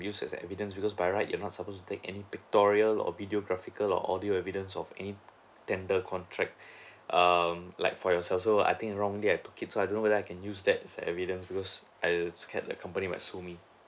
be use as an evidence because by right you're not supposed to take any pictorial or videographical or audio evidence of any tender contract um like for yourself so I think wrongly I took it so I don't know whether I can use that as an evidence because I scared that company might sue me